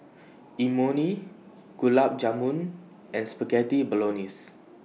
Imoni Gulab Jamun and Spaghetti Bolognese